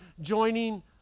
joining